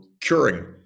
curing